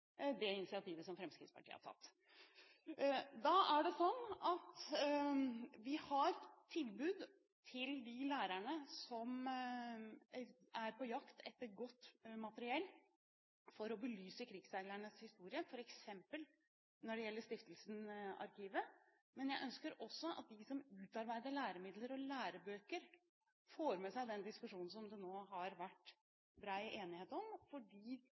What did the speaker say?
det initiativet som Fremskrittspartiet har tatt. Da er det sånn at vi har tilbud til de lærerne som er på jakt etter godt materiell for å belyse krigsseilernes historie, f.eks. når det gjelder Stiftelsen Arkivet, men jeg ønsker også at de som utarbeider læremidler og lærebøker, får med seg den diskusjonen, som det nå har vært bred enighet om,